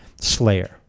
Slayer